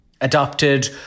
adopted